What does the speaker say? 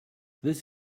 this